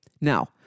Now